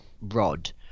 rod